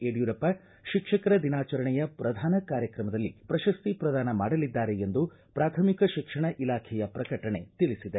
ಯಡಿಯೂರಪ್ಪ ಶಿಕ್ಷಕರ ದಿನಾಚರಣೆಯ ಪ್ರಧಾನ ಕಾರ್ಯಕ್ರಮದಲ್ಲಿ ಪ್ರಶಸ್ತಿ ಪ್ರದಾನ ಮಾಡಲಿದ್ದಾರೆ ಎಂದು ಪ್ರಾಥಮಿಕ ಶಿಕ್ಷಣ ಇಲಾಖೆಯ ಪ್ರಕಟಣೆ ತಿಳಿಸಿದೆ